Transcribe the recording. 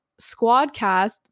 Squadcast